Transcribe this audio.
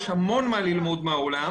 יש המון מה ללמוד מהעולם.